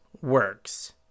works